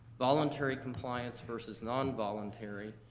voluntary compliance versus non-voluntary,